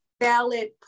valid